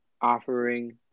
offering